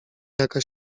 jaka